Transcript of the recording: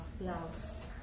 blouse